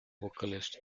vocalist